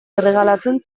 erregalatzen